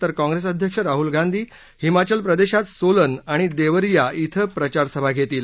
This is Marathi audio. तर काँग्रेस अध्यक्ष राहुल गांधी हिमाचल प्रदेशात सोलन आणि देवरीया धिं प्रचारसभा घेतील